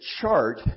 chart